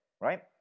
right